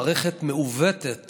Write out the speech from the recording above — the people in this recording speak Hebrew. מערכת מעוותת